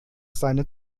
seine